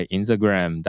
Instagram